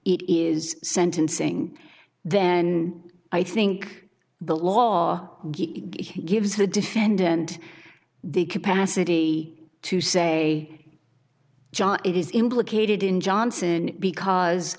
it is sentencing then i think the law gives the defendant the capacity to say it is implicated in johnson because